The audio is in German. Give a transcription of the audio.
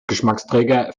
geschmacksträger